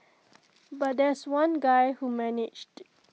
but there's one guy who managed